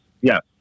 yes